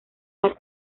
las